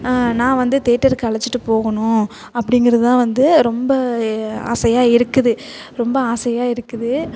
நான் வந்து தேட்டருக்கு அழைச்சிட்டு போகணும் அப்டிங்கிறதுதான் வந்து ரொம்ப ஆசையாக இருக்குது ரொம்ப ஆசையாக இருக்குது